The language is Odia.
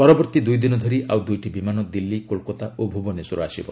ପରବର୍ତ୍ତୀ ଦୁଇଦିନ ଧରି ଆଉ ଦୁଇଟି ବିମାନ ଦିଲ୍ଲୀ କୋଲକାତା ଓ ଭୁବନେଶ୍ୱର ଆସିବ